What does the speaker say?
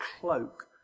cloak